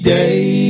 day